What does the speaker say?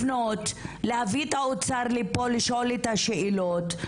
לפנות, להביא את האוצר לפה לשאול אותו שאלות.